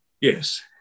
yes